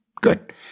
good